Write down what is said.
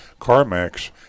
CarMax